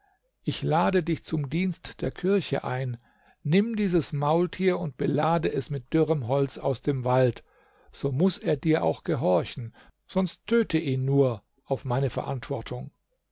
ich lade dich zum dienst der kirche ein nimm dieses maultier und belade es mit dürrem holz aus dem wald so muß er dir auch gehorchen sonst töte ihn nur auf meine verantwortung